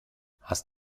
hast